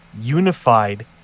unified